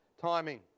timing